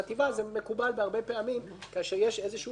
זה מקובל הרבה פעמים כאשר יש פיקוח,